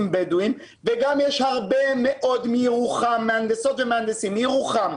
בדואים וגם יש הרבה מאוד מהנדסות ומהנדסים מירוחם,